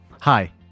Hi